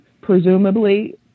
presumably